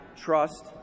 trust